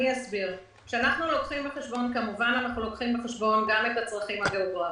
אנחנו לוקחים בחשבון גם את הצרכים הגיאוגרפיים,